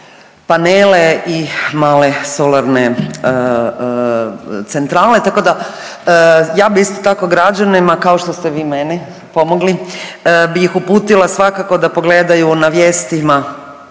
panele i male solarne centrale, tako da ja bih isto tako građanima kao što ste vi meni pomoglo bi ih uputila svakako da pogledaju na vijestima